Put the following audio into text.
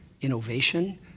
innovation